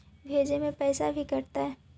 भेजे में पैसा भी कटतै?